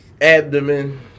abdomen